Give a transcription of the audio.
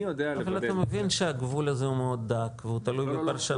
אני יודע -- אבל אתם יודעים שהגבול הזה הוא מאוד דק והוא תלוי בפרשנות.